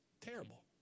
Terrible